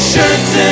Shirt's